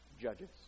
judges